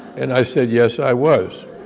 and i said, yes i was.